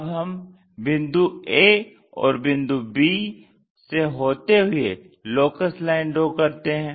अब हम बिंदु a और बिंदु b से होते हुए लोकस लाइन ड्रा करते हैं